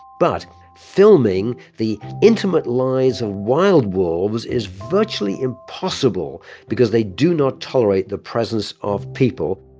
but filming the intimate lives of wild wolves is virtually impossible because they do not tolerate the presence of people